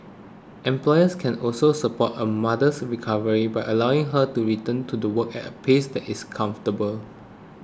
employers can also support a mother's recovery by allowing her to return to do work at a pace that is comfortable